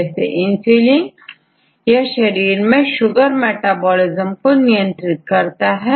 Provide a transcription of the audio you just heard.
छात्र इंसुलिन जैसे इंसुलिन यह शरीर में शुगर मेटाबॉलिज्म को नियंत्रित करता है